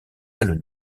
ailes